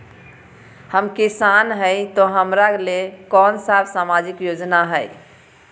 हम किसान हई तो हमरा ले कोन सा सामाजिक योजना है?